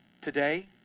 today